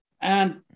and-